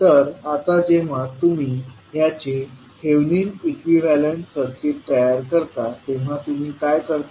तर आता जेव्हा तुम्ही ह्याचे थेव्हिनिन इक्विवेलेंट सर्किट तयार करता तेव्हा तुम्ही काय करता